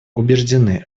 убеждены